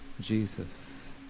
Jesus